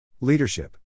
Leadership